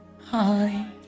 Hi